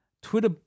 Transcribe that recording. Twitter